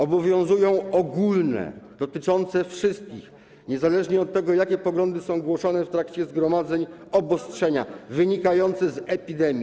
Obowiązują ogólne, dotyczące wszystkich, niezależnie od tego, jakie poglądy są głoszone w trakcie zgromadzeń, obostrzenia wynikające z epidemii.